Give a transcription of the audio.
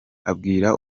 abwira